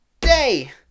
day